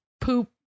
poop